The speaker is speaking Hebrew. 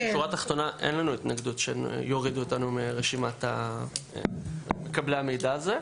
בשורה התחתונה אין לנו התנגדות שיורידו אותנו מרשימת מקבלי המידע הזה.